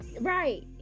Right